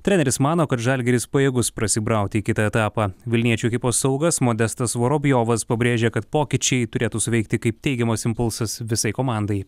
treneris mano kad žalgiris pajėgus prasibrauti į kitą etapą vilniečių ekipos saugas modestas vorobjovas pabrėžė kad pokyčiai turėtų suveikti kaip teigiamas impulsas visai komandai